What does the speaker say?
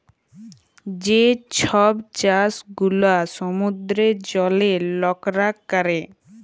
যে ছব চাষ গুলা সমুদ্রের জলে লকরা ক্যরে